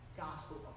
Gospel